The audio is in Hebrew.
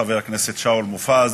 חבר הכנסת שאול מופז,